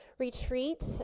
retreat